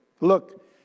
Look